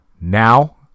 now